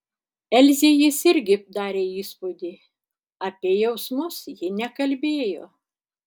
elzei jis irgi darė įspūdį apie jausmus ji nekalbėjo